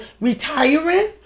retiring